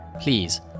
Please